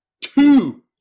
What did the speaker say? two